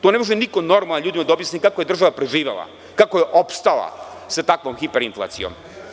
To ne može niko normalan ljudima da objasni kako je država preživela, kako je opstala sa takvom hiperinflacijom.